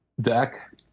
deck